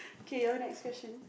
okay your next question